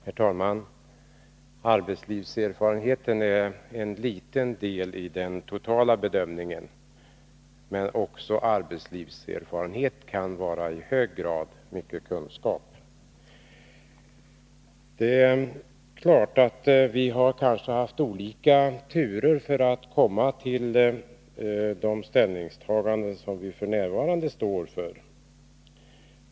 Herr talman! Arbetslivserfarenheten är en liten del i den totala bedömningen, men också arbetslivserfarenhet kan i hög grad vara mycket kunskap. Det är klart att det kanske har varit olika turer, innan vi kommit fram till de ställningstaganden vi f. n. står för.